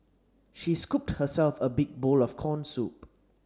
she scooped herself a big bowl of corn soup